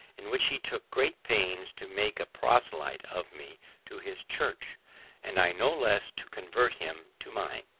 in which he took great pains to make a proselyte of me to his church and i no less to convert him to mine.